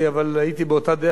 ודיברתי באותו כיוון,